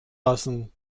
lassen